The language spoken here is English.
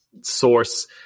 source